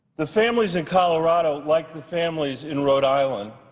the families in colorado, like the families in rhode island,